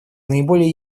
наиболее